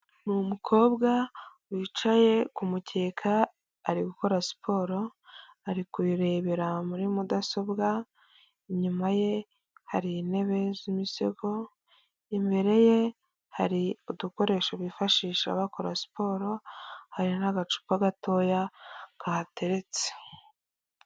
Ni umukobwa wicaye ku mukeka ari gukora siporo, ari kubirebera muri mudasobwa, inyuma ye hari intebe z'imisego, imbere ye hari udukoresho bifashisha bakora siporo, hari n'agacupa gatoya kahateretse.